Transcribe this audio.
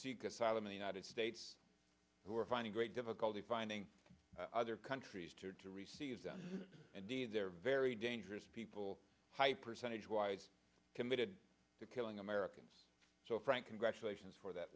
seek asylum in the united states who are finding great difficulty finding other countries to to receive down and need their very dangerous people high percentage wise committed to killing americans so frank congratulations for that